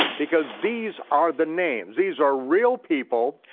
because these are the names, these are real people,